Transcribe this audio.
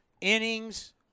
Innings